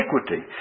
iniquity